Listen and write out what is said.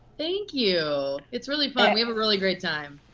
thank you. it's really fun, we have a really great time.